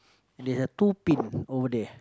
and they have two pin over there